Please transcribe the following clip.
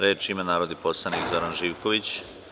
Reč ima narodni poslanik Zoran Živković.